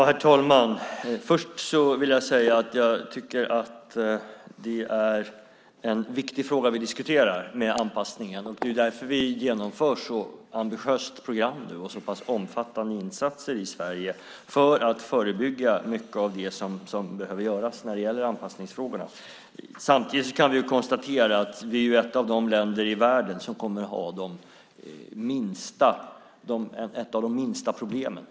Herr talman! Den fråga om anpassningen som vi diskuterar nu är en viktig fråga. Vi genomför nu i Sverige ett ambitiöst program och omfattande insatser just för att förebygga när det gäller mycket av det som behöver göras i anpassningsfrågorna. Samtidigt kan vi konstatera att Sverige är ett av de länder i världen som kommer att ha de minsta problemen.